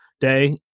day